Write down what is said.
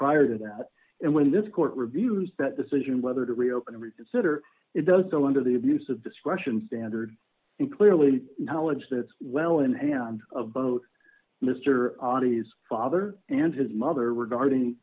prior to that and when this court reviews that decision whether to reopen reconsider it does so under the abuse of discretion standard in clearly knowledge that well in hand of both mr adi's father and his mother regarding